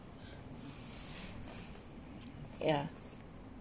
yeah